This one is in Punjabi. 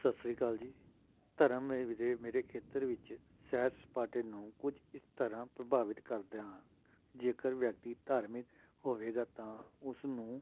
ਸਤਿ ਸ਼੍ਰੀ ਕਾਲ ਜੀ ਧਰਮ ਦੇ ਮੇਰੇ ਖੇਤਰ ਵਿੱਚ ਸੈਰ ਸਪਾਟੇ ਨੂੰ ਕੁਝ ਇਸ ਤਰ੍ਹਾਂ ਪ੍ਰਭਾਵਿਤ ਕਰਦੇ ਹਾਂ ਜੇਕਰ ਵਿਅਕਤੀ ਧਾਰਮਿਕ ਹੋਵੇਗਾ ਤਾਂ ਉਸਨੂੰ